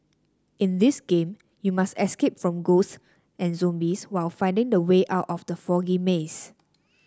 in this game you must escape from ghosts and zombies while finding the way out of the foggy maze